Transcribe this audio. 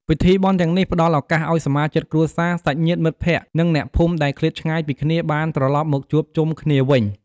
ពិធីបុណ្យទាំងនេះផ្តល់ឱកាសឲ្យសមាជិកគ្រួសារ សាច់ញាតិ មិត្តភ័ក្តិ និងអ្នកភូមិដែលឃ្លាតឆ្ងាយពីគ្នា បានត្រឡប់មកជួបជុំគ្នាវិញ។